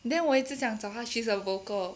then 我一直想找她 she's a vocal